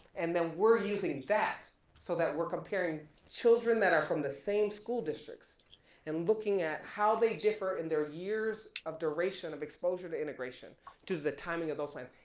and then we're using that so that we're comparing children that are from the same school districts and looking at how they differ in their years of duration of exposure to integration to the timing of those plans.